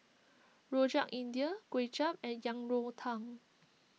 Rojak India Kuay Chap and Yang Rou Tang